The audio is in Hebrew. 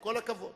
עם כל הכבוד.